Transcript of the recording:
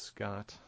Scott